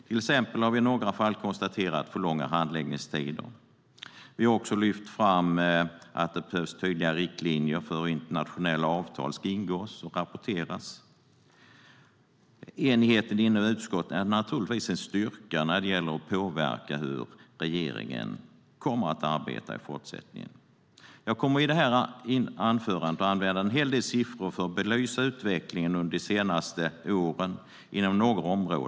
Till exempel har vi i några fall konstaterat för långa handläggningstider. Vi har också lyft fram att det behövs tydligare riktlinjer för hur internationella avtal ska ingås och rapporteras. Enigheten inom utskottet är naturligtvis en styrka när det gäller att påverka hur regeringen kommer att arbeta i fortsättningen. Jag kommer i detta anförande att använda en hel del siffror för att belysa utvecklingen inom några områden under de senaste åren.